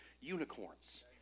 unicorns